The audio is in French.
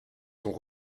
sont